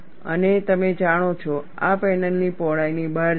અને તમે જાણો છો આ પેનલની પહોળાઈની બહાર જાય છે